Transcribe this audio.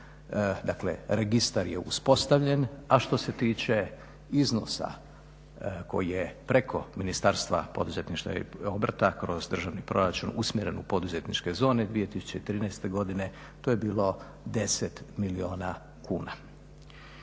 dakle registar je uspostavljen, a što se tiče iznosa koji je preko Ministarstva poduzetništva i obrta kroz državni proračun usmjeren u poduzetničke zone 2013. godine, to je bilo 10 milijuna kuna.